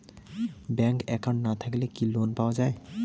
Bank account না থাকিলে কি লোন পাওয়া য়ায়?